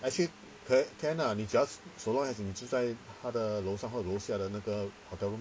actually can lah they just so long as in 你是在他的楼上或楼下的那个 hotel room